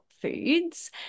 foods